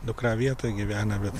dukra vietoj gyvena bet